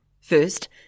First